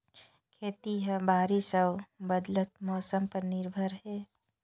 खेती ह बारिश अऊ बदलत मौसम पर निर्भर हे